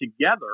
together